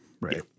right